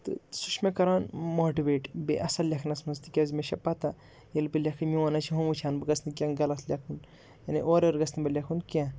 تہٕ سُہ چھِ مےٚ کَران ماٹِویٹ بیٚیہِ اَصٕل لیکھنَس منٛز تِکیٛازِ مےٚ چھےٚ پَتہ ییٚلہِ بہٕ لیکھٕ میون ہا چھِ ہُم وٕچھان بہٕ گژھٕ نہٕ کینٛہہ غلط لیکھُن یعنی اورٕ یورٕ گژھٕ نہٕ بہٕ لیکھُن کینٛہہ